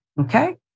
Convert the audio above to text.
okay